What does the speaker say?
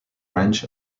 ranch